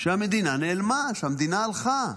שהמדינה נעלמה, שהמדינה הלכה,